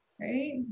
right